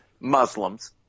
Muslims